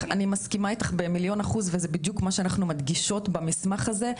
אני מסכימה איתך במיליון אחוז וזה בדיוק מה שאנחנו מדגישות במסמך הזה.